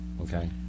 okay